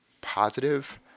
positive